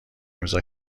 امضا